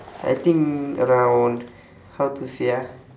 I think around how to say ah